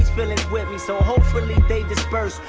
feelings with me, so hopefully they disperse.